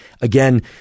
again